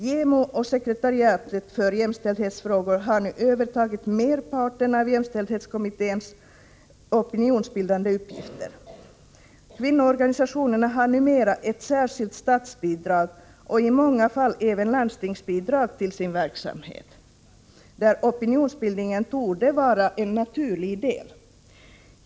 JämO och sekretariatet för jämställdhetsfrågor har nu övertagit merparten av jämställdhetskommitténs opinionsbildande uppgifter. Kvinnoorganisationerna har numera ett särskilt statsbidrag och i många fall även landstingsbidrag till sin verksamhet, där opinionsbildningen torde vara en naturlig del.